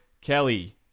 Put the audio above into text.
Kelly